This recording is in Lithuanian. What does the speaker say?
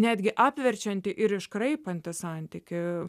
netgi apverčianti ir iškraipanti santykį